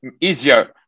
easier